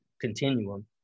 continuum